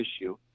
issue